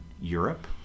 europe